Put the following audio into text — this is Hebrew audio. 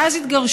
ואז הם התגרשו,